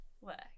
Work